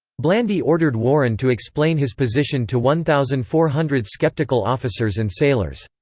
blandy ordered warren to explain his position to one thousand four hundred skeptical officers and sailors.